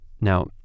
Now